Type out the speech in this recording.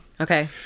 Okay